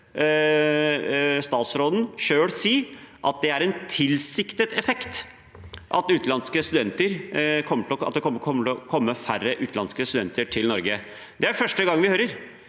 statsråden selv si det er en tilsiktet effekt at det vil komme færre utenlandske studenter til Norge. Det er første gang vi hører